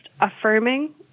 affirming